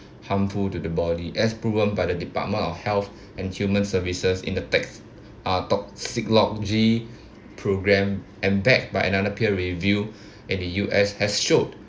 harmful to the body as proven by the department of health and human services in the tech~ uh toxicology programme and backed by another peer review at the U_S has showed